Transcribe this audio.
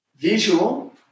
visual